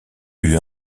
eût